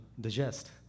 digest